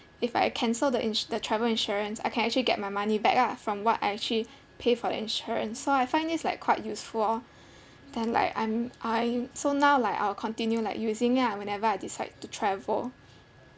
if I cancel the ins~ the travel insurance I can actually get my money back ah from what I actually pay for the insurance so I find this like quite useful lor then like I'm I'm so now like I'll continue like using ah whenever I decide to travel